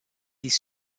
des